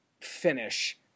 finish